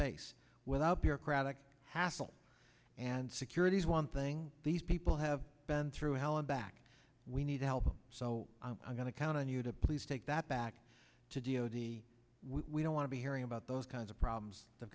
base without bureaucratic hassle and security is one thing these people have been through hell and back we need to help them so i'm going to count on you to please take that back to d o d we don't want to be hearing about those kinds of problems th